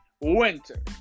Winter